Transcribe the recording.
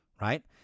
right